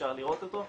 אפשר לראות אותו.